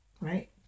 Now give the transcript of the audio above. right